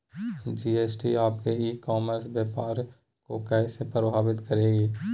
GST आपके e commerce व्यापार को कैसे प्रभावित करेगी?